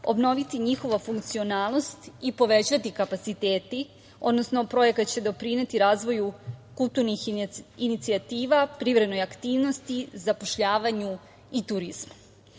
obnoviti njihova funkcionalnost i povećati kapaciteti, odnosno projekat će doprineti razvoju kulturnih inicijativa, privrednoj aktivnosti, zapošljavanju i turizmu. Kada